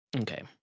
Okay